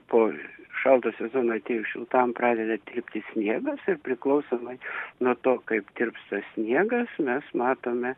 po šalto sezono atėjus šiltam pradeda tirpti sniegas ir priklausomai nuo to kaip tirpsta sniegas mes matome